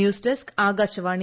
news desk Akashvani